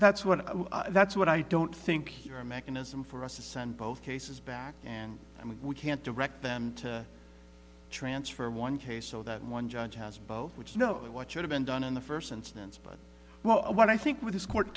that's what that's what i don't think here a mechanism for us to send both cases back and and we can't direct them to transfer one case so that one judge has both which you know what should have been done in the first instance but what i think with this court